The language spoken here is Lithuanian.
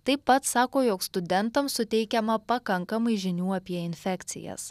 taip pat sako jog studentams suteikiama pakankamai žinių apie infekcijas